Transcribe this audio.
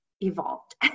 evolved